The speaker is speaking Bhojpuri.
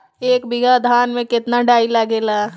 एक बीगहा धान में केतना डाई लागेला?